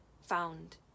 found